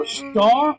star